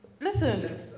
Listen